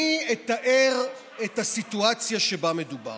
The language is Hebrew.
אני אתאר את הסיטואציה שבה מדובר: